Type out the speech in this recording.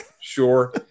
sure